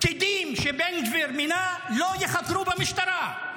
פקידים שבן גביר מינה לא ייחקרו במשטרה?